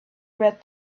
read